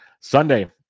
Sunday